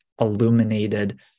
illuminated